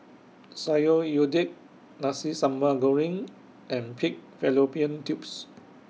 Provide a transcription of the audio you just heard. Sayur Lodeh Nasi Sambal Goreng and Pig Fallopian Tubes